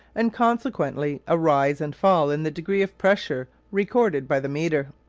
and consequently a rise and fall in the degree of pressure recorded by the meter.